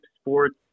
sports